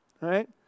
Right